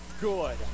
good